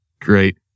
Great